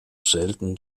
selten